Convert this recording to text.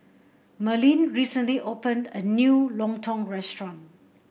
Merlin recently opened a new Lontong restaurant